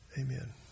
Amen